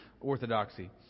orthodoxy